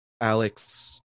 Alex